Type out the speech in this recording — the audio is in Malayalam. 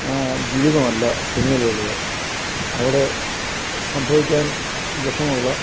ജീവിതമല്ല സിനിമയിൽ ഉള്ളത് അവിടെ സംഭവിക്കാൻ വിഷമമുള്ള